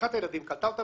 לקחה את הילדים, קלטה אותם